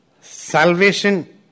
Salvation